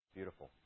Beautiful